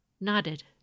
Nodded